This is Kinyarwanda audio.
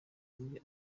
muri